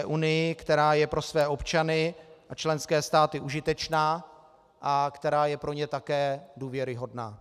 EU, která je pro své občany a členské státy užitečná a která je pro ně také důvěryhodná.